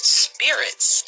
spirits